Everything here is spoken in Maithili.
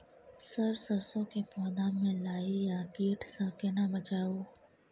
सर सरसो के पौधा में लाही आ कीट स केना बचाऊ?